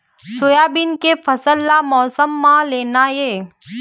Soybean के फसल का मौसम म लेना ये?